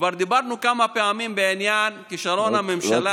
כבר דיברנו כמה פעמים בעניין כישלון הממשלה,